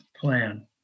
plan